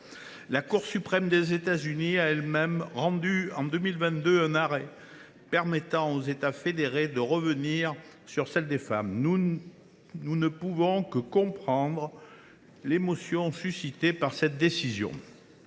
La Cour suprême des États Unis a elle même rendu, en 2022, un arrêt permettant aux États fédérés de revenir sur cette liberté des femmes. Nous ne pouvons que comprendre l’émotion suscitée par cette décision.